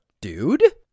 dude